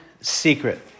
secret